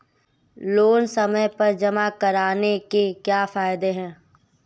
Loan समय पर जमा कराने के क्या फायदे हैं?